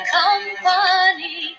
company